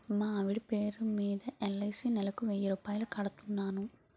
మా ఆవిడ పేరు మీద ఎల్.ఐ.సి నెలకు వెయ్యి రూపాయలు కడుతున్నాను